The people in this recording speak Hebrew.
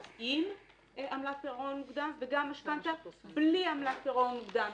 עם עמלת פירעון מוקדם וגם משכנתא בלי עמלת פירעון מוקדם.